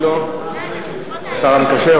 לא התקבלה.